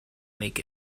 make